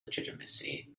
legitimacy